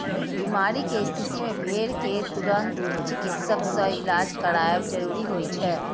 बीमारी के स्थिति मे भेड़ कें तुरंत चिकित्सक सं इलाज करायब जरूरी होइ छै